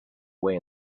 way